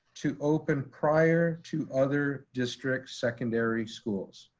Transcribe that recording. to open prior to other district secondary schools,